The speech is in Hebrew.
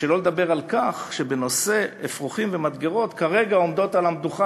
שלא לדבר על כך שבנושא אפרוחים ומדגרות כרגע עומדות על המדוכה